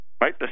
right